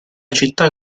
città